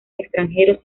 extranjeros